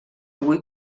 avui